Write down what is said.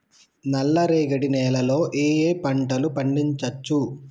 నల్లరేగడి నేల లో ఏ ఏ పంట లు పండించచ్చు?